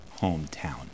hometown